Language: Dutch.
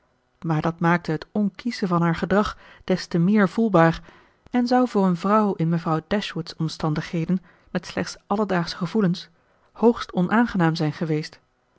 maar dat maakte het onkiesche van haar gedrag des te meer voelbaar en zou voor een vrouw in mevrouw dashwood's omstandigheden met slechts alledaagsche gevoelens hoogst onaangenaam zijn geweest